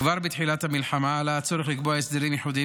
כבר בתחילת המלחמה עלה הצורך לקבוע הסדרים ייחודיים